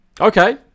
Okay